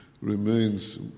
remains